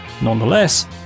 nonetheless